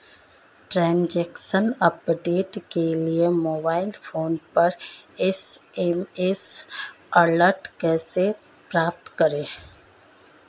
Transaction update के लिए mobile phone पर एस.एम.एस अलर्ट कैसे प्राप्त करें?